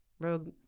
Rogue